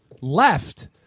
left